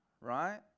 Right